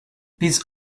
these